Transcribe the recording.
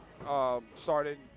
started